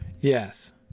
Yes